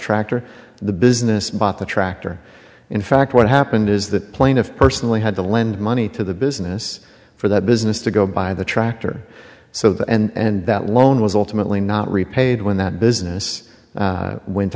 tractor the business bought the tractor in fact what happened is that plaintiff personally had to lend money to the business for that business to go buy the tractor so that and that loan was ultimately not repaid when that business went